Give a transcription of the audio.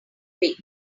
wait